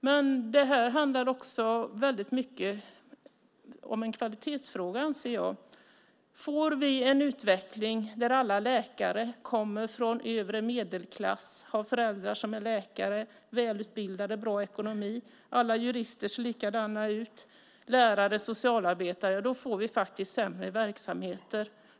Men det här är också väldigt mycket en kvalitetsfråga, anser jag. Får vi en utveckling där alla läkare kommer från övre medelklass, har föräldrar som är läkare, är välutbildade och har bra ekonomi, och alla jurister, lärare och socialarbetare ser likadana ut får vi faktiskt sämre verksamheter.